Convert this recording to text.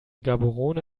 gaborone